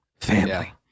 Family